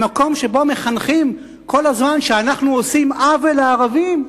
במקום שבו מחנכים כל הזמן שאנחנו עושים עוול לערבים,